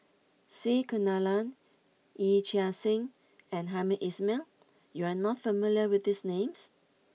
C Kunalan Yee Chia Hsing and Hamed Ismail you are not familiar with these names